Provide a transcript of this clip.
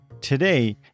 Today